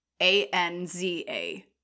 A-N-Z-A